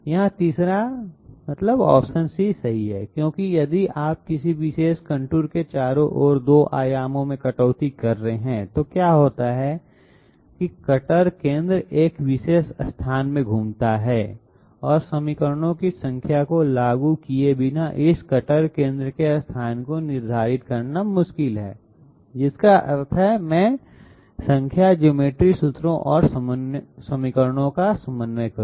यहां तीसरा संख्या c सही है क्योंकि यदि आप किसी विशेष कंटूर के चारों ओर 2 आयामों में कटौती कर रहे हैं तो क्या होता है कि कटर केंद्र एक विशेष स्थान में घूमता है और समीकरणों की संख्या को लागू किए बिना इस कटर केंद्र के स्थान को निर्धारित करना मुश्किल है जिसका अर्थ है मैं संख्या ज्योमेट्री सूत्रों और समीकरणों का समन्वय करें